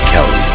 Kelly